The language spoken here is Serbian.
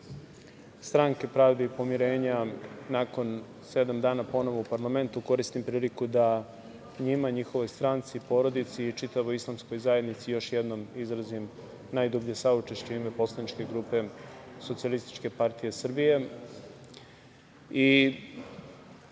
Stranke pravde i pomirenja, nakon sedam dana, ponovo u parlamentu koristim priliku da njima, njihovoj stranci, porodici i čitavoj Islamskoj zajednici još jednom izrazim najdublje saučešće u ime poslaničke grupe SPS.Želim odmah da